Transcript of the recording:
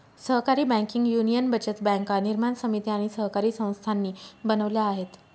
सहकारी banking union बचत बँका निर्माण समिती आणि सहकारी संस्थांनी बनवल्या आहेत